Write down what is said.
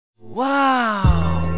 Wow